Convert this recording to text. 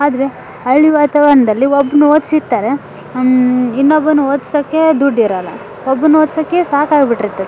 ಆದರೆ ಹಳ್ಳಿ ವಾತಾವರ್ಣದಲ್ಲಿ ಒಬ್ನು ಓದಿಸಿರ್ತಾರೆ ಇನ್ನೊಬ್ಬನ್ನು ಓದ್ಸೋಕ್ಕೆ ದುಡ್ಡಿರೋಲ್ಲ ಒಬ್ಬನ್ನು ಓದ್ಸೋಕ್ಕೆ ಸಾಕಾಗಿಬಿಟ್ಟಿರ್ತತಿ